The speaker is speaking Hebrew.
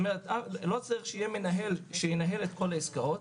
לא צריך שיהיה מנהל שינהל את כל העסקאות.